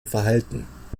verhalten